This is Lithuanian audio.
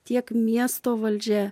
tiek miesto valdžia